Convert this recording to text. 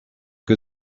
que